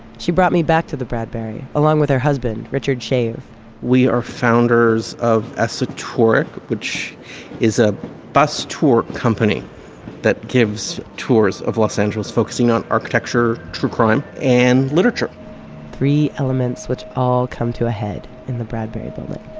she brought me back to the bradbury along with her husband richard schave we are founders of esotouric, which is a bus tour company that gives tours of los angeles focusing on architecture, true crime and literature three elements which all come to a head in the bradbury building